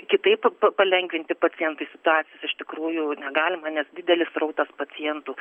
kitaip palengvinti pacientui situacijos iš tikrųjų negalima nes didelis srautas pacientų